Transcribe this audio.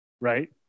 right